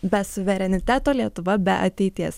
be suvereniteto lietuva be ateities